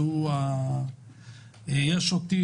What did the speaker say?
אני נמצא,